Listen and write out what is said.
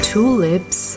Tulips